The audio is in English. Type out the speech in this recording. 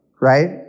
right